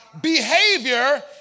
behavior